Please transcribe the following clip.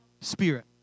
spirit